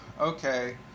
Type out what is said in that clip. okay